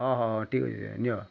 ହ ହ ହ ଠିକ୍ ଅଛି ନିଅ